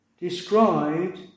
described